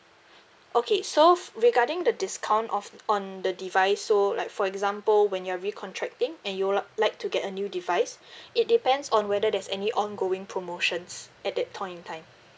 okay so f~ regarding the discount of on the device so like for example when you're re contracting and you would uh like to get a new device it depends on whether there's any ongoing promotions at that point in time